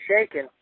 shaking